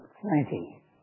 plenty